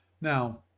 now